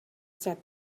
said